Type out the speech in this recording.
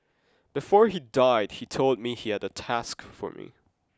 before he died he told me he had a task for me